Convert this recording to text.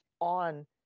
on